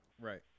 Right